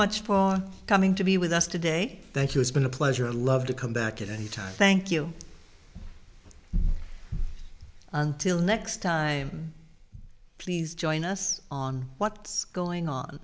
much for coming to be with us today thank you it's been a pleasure love to come back anytime thank you until next time please join us on what's going on